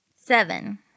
Seven